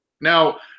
Now